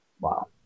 Wow